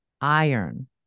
iron